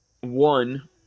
one